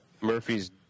Murphy's